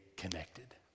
connected